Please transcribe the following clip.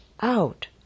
out